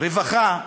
רווחה,